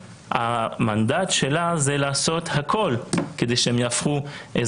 המנדט של המדינה הוא לעשות הכל כדי שהם יהפכו להיות